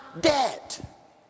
debt